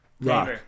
Rock